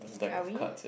are we